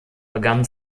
begann